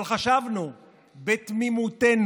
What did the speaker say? אבל חשבנו בתמימותנו,